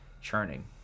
churning